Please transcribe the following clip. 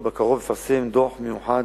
ובקרוב יפרסם דוח מיוחד